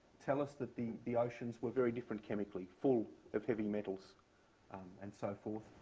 tell us that the the oceans were very different chemically, full of heavy metals and so forth,